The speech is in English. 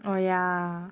oh ya